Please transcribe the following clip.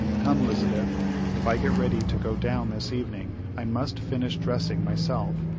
come, lizabeth if i get ready to go down this evening i must finish dressing myself,